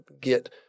get